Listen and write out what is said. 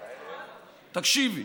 תקשיבי.